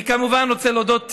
אני כמובן רוצה להודות